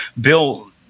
Bill